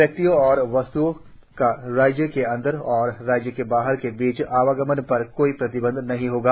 व्यक्तियों और वस्त्ओं का राज्य के अंदर और राज्यों के बीच आवागमन पर कोई प्रतिबंध नहीं होगा